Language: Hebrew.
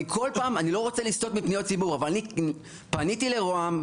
אני לא רוצה לסטות מפניות ציבור אבל פניתי למשרד ראש הממשלה,